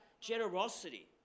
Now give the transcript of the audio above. Generosity